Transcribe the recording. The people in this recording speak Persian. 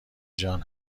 جان